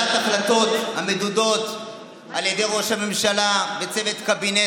ההחלטות המדודות על ידי ראש הממשלה וצוות קבינט